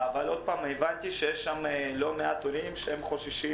אבל הבנתי שיש שם לא מעט הורים שחוששים,